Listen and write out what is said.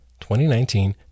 2019